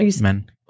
Men